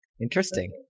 Interesting